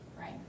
right